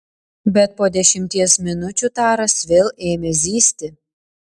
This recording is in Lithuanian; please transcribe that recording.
bet po dešimties minučių taras vėl ėmė zyzti